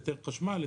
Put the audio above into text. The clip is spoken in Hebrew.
היתר חשמל,